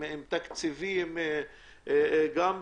עם תקציבים,